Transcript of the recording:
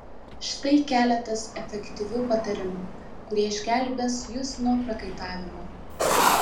štai keletas efektyvių patarimų kurie išgelbės jus nuo prakaitavimo